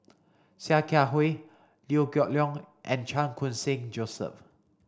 Sia Kah Hui Liew Geok Leong and Chan Khun Sing Joseph